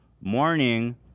morning